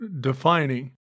defining